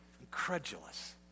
Incredulous